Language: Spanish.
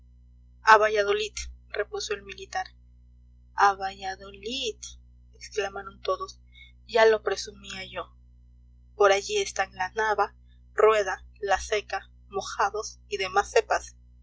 a valladolid repuso el militar a valladolid exclamaron todos ya lo presumía yo por allí están la nava rueda la seca mojados y demás cepas